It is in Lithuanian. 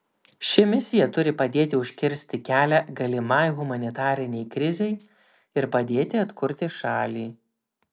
ši misija turi padėti užkirsti kelią galimai humanitarinei krizei ir padėti atkurti šalį